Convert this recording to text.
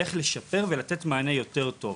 איך לשפר ולתת מענה יותר טוב.